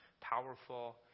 powerful